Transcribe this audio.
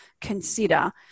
consider